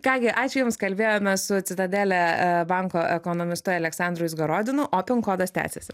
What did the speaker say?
ką gi ačiū jums kalbėjome su citadele banko ekonomistu aleksandru izgorodinu o pin kodas tęsiasi